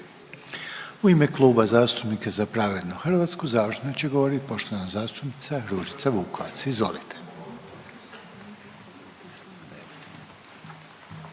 U ime Kluba zastupnika za pravednu Hrvatsku završno će govoriti poštovana zastupnica Ružica Vukovac, izvolite.